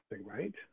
Right